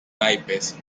naipes